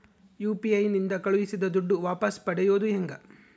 UPI ನಿಂದ ಕಳುಹಿಸಿದ ದುಡ್ಡು ವಾಪಸ್ ಪಡೆಯೋದು ಹೆಂಗ?